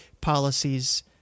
policies